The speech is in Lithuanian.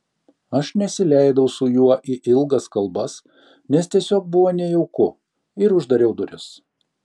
aš nesileidau su juo į ilgas kalbas nes tiesiog buvo nejauku ir uždariau duris